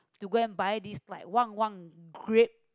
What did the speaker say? to go and buy this like Wang-Wang grab